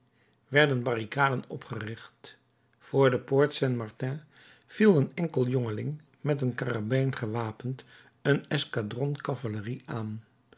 werden barricaden opgericht voor de poort saint martin viel een enkel jongeling met een karabijn gewapend een escadron cavalerie aan